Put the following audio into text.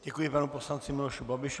Děkuji panu poslanci Miloši Babišovi.